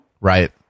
Right